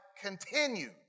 Continued